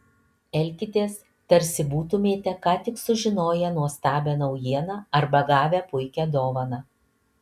elkitės tarsi būtumėte ką tik sužinoję nuostabią naujieną arba gavę puikią dovaną